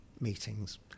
meetings